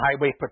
highway